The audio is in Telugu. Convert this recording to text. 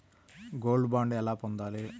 గోల్డ్ బాండ్ ఎలా పొందాలి?